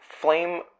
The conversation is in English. flame